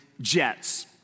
jets